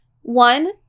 one